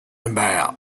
about